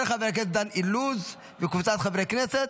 של חברת הכנסת קטי קטרין שטרית,